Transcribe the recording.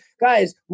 guys